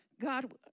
God